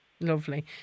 Lovely